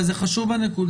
זו נקודה חשובה.